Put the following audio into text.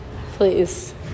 please